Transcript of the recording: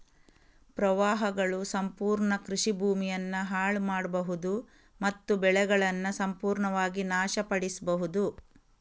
ಪ್ರವಾಹಗಳು ಸಂಪೂರ್ಣ ಕೃಷಿ ಭೂಮಿಯನ್ನ ಹಾಳು ಮಾಡ್ಬಹುದು ಮತ್ತು ಬೆಳೆಗಳನ್ನ ಸಂಪೂರ್ಣವಾಗಿ ನಾಶ ಪಡಿಸ್ಬಹುದು